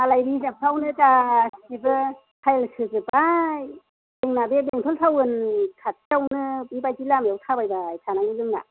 मालाय रिर्जाबफ्रावनो गासिबो टाइल्स होजोबबाय जोंना बे बेंटल टाउननि खाथिआवनो बेबायदि लामायाव थाबायबाय थानांगौ जोंना